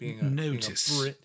Notice